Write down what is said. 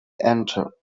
enter